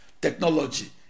technology